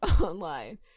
online